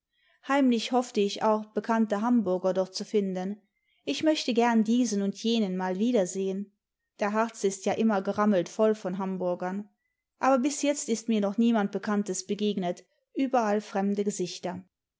heimlich hoffte ich auch bekannte hamburger dort zu finden ich möchte gern diesen und jenen mal wiedersehen der harz ist ja immer gerammelt voll von hamburgern aber bis jetzt ist mir noch niemand bekanntes begegnet überall fremde gesichter